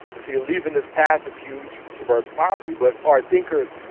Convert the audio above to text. and so you're leaving this path of huge suburban poverty. but our thinkers,